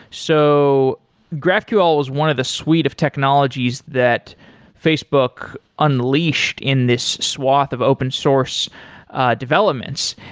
so graphql was one of the suite of technologies that facebook unleashed in this swath of open source developments.